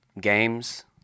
games